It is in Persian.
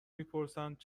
میپرسند